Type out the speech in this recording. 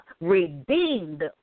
Redeemed